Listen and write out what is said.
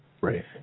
right